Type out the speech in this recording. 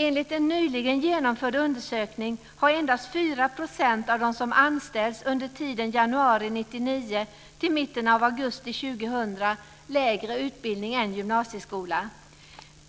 Enligt en nyligen genomförd undersökning har endast 4 % av dem som anställts under tiden från januari 1999 till mitten av augusti